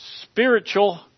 spiritual